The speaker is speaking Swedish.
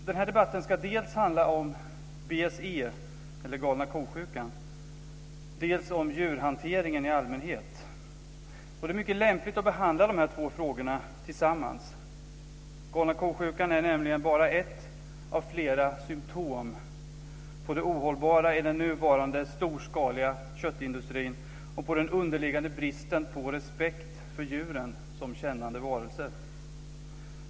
Fru talman! Den här debatten ska handla dels om BSE, galna ko-sjukan, dels om djurhanteringen i allmänhet. Det är mycket lämpligt att behandla dessa två frågor tillsammans. Galna ko-sjukan är nämligen bara ett av flera symtom på det ohållbara i den nuvarande storskaliga köttindustrin och på den underliggande bristen på respekt för djuren som kännande varelser.